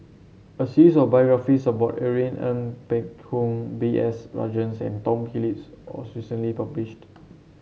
a series of biographies about Irene Ng Phek Hoong B S Rajhans and Tom Phillips was recently published